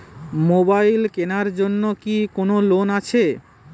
Mobile কেনার জন্য কি কোন লোন আছে?